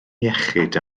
iechyd